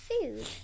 food